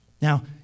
Now